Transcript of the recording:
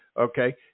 Okay